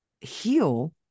Heal